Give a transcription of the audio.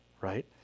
right